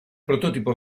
prototipo